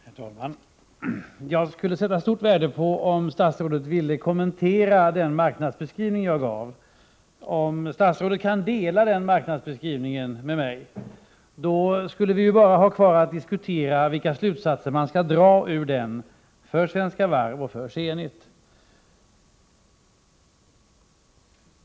Herr talman! Jag skulle sätta stort värde på om statsrådet ville kommentera den marknadsbeskrivning jag gav. Om statsrådet kan dela min uppfattning om marknadsläget, skulle vi bara ha kvar att diskutera vilka slutsatser man skall dra av denna beskrivning för Svenska Varv och för Zenit.